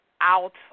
out